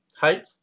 height